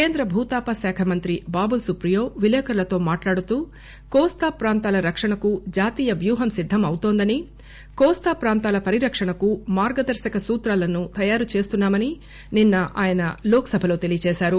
కేంద్ర భూతాప శాక మంత్రి బాబుల్ సుప్రియో విలేఖరులతో మాట్లాడుతూ కోస్తా ప్రాంతాల రక్షణకు జాతీయ వ్యూహం సిద్దం అవుతోందనీ కోస్తా ప్రాంతాల పరిరక్షణకు మార్గదర్పక సూత్రాలను తయారు చేస్తున్నా మని నిన్న ఆయన లోక్ సభలో తెలియ జేశారు